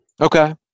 Okay